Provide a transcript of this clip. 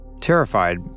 Terrified